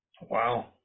Wow